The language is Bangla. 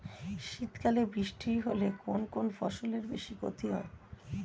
শীত কালে বৃষ্টি হলে কোন কোন ফসলের বেশি ক্ষতি হয়?